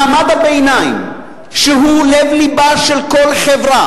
מעמד הביניים, שהוא לב לבה של חברה,